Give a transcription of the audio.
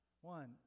one